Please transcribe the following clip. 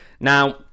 Now